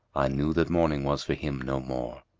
i knew that morning was for him no more!